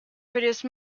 produce